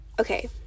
Okay